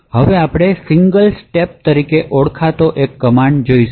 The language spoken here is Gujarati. હવે આપણે સિંગલ step તરીકે ઓડખતો એક કમાંડ જોઈશું